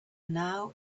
now